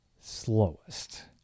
slowest